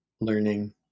learning